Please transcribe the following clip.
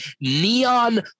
neon